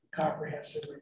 comprehensive